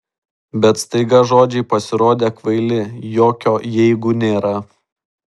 bet staiga žodžiai pasirodė kvaili jokio jeigu nėra